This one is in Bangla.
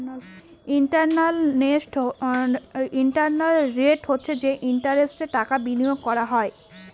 ইন্টারনাল রেট হচ্ছে যে ইন্টারেস্টে টাকা বিনিয়োগ করা হয়